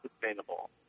sustainable